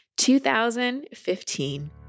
2015